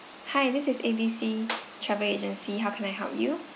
hi this is A B C travel agency how can I help you